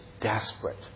desperate